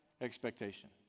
expectation